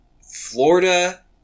Florida